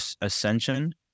ascension